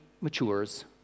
matures